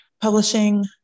publishing